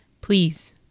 please